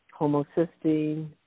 homocysteine